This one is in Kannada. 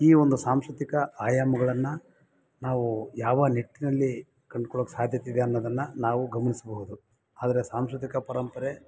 ಈ ಒಂದು ಸಾಂಸ್ಕೃತಿಕ ಆಯಾಮ್ಗಳನ್ನ ನಾವು ಯಾವ ನಿಟ್ಟಿನಲ್ಲಿ ಕಂಡ್ಕೊಳೋಕೆ ಸಾಧ್ಯತೆ ಇದೆ ಅನ್ನೋದನ್ನು ನಾವು ಗಮ್ನಿಸಬಹುದು ಆದರೆ ಸಾಂಸ್ಕೃತಿಕ ಪರಂಪರೆ